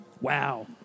Wow